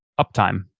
Uptime